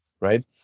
right